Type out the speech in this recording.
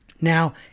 Now